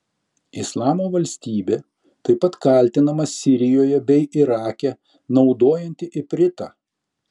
islamo valstybė taip pat kaltinama sirijoje bei irake naudojanti ipritą